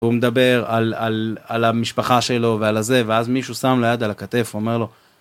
הוא מדבר על המשפחה שלו ועל הזה ואז מישהו שם לו יד על הכתף ואומר לו